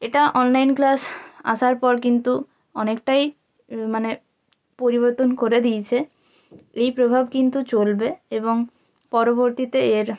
এটা online class আসার পর কিন্তু অনেকটাই মানে পরিবর্তন করে দিয়েছে এই প্রভাব কিন্তু চলবে এবং পরবর্তীতে এর